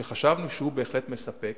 שחשבנו שהוא בהחלט מספק